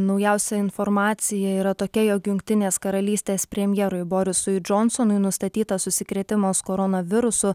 naujausia informacija yra tokia jog jungtinės karalystės premjerui borisui džonsonui nustatytas užsikrėtimas koronavirusu